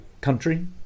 country